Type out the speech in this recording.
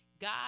God